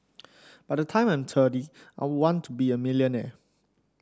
by the time I'm thirty I want to be a millionaire